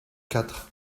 quatre